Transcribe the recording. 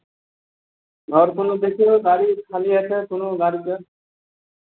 आओर कोनो देखियौ गाड़ी खाली हेतै कोनो गाड़ीके